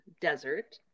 Desert